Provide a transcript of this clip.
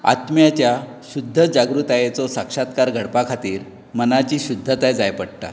आत्म्याच्या शुध्द जागृतायेचो साक्षात्कार घडपा खातीर मनाची शुध्दताय जाय पडटा